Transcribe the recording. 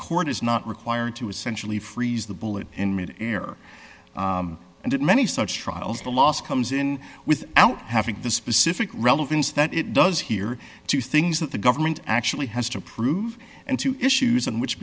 court is not required to essentially freeze the bullet in mid air and in many such trials the loss comes in with out having the specific relevance that it does here two things that the government actually has to prove and two issues on which